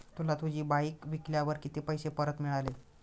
तुला तुझी बाईक विकल्यावर किती पैसे परत मिळाले?